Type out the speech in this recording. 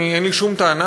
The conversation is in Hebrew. אין לי שום טענה,